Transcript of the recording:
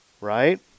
right